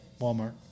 Walmart